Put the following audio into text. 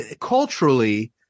culturally